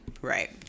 Right